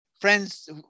friends